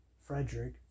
Frederick